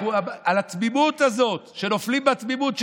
על התמימות הזאת, שנופלים בתמימות שלהם.